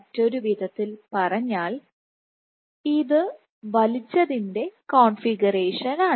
മറ്റൊരു വിധത്തിൽ പറഞ്ഞാൽ ഇത് വലിച്ചതിൻറെ കോൺഫിഗറേഷനാണ്